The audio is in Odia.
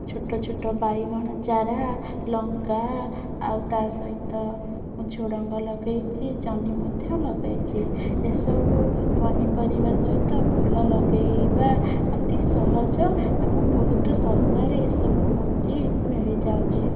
ଛୋଟ ଛୋଟ ବାଇଗଣ ଚାରା ଲଙ୍କା ଆଉ ତା' ସହିତ ମୁଁ ଝୁଡ଼ଙ୍ଗ ଲଗେଇଛି ଜହ୍ନି ମଧ୍ୟ ଲଗେଇଛି ଏସବୁ ପନିପରିବା ସହିତ ଫୁଲ ଲଗେଇବା ଅତି ସହଜ ଏବଂ ବହୁତ ଶସ୍ତାରେ ଏସବୁ ମଞ୍ଜି ମିଳିଯାଉଛି